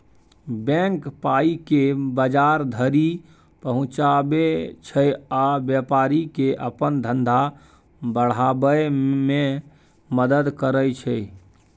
bank पाइकेँ बजार धरि पहुँचाबै छै आ बेपारीकेँ अपन धंधा बढ़ाबै मे मदद करय छै